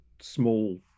small